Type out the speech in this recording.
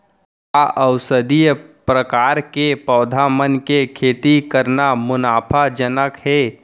का औषधीय प्रकार के पौधा मन के खेती करना मुनाफाजनक हे?